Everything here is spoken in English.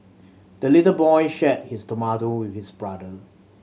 the little boy shared his tomato with his brother